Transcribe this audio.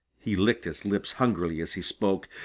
he licked his lips hungrily as he spoke.